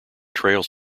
trails